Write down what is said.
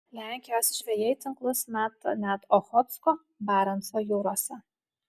lenkijos žvejai tinklus meta net ochotsko barenco jūrose